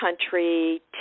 country